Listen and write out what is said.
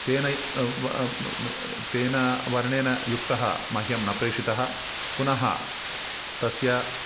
तेन तेन वर्णेन युक्तः मह्यं न प्रेषितः पुनः तस्य